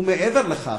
ומעבר לכך,